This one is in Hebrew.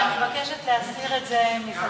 אני מבקשת להסיר את הנושא מסדר-היום.